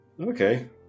Okay